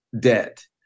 debt